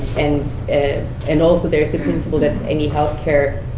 and and and also there is the principle that any health care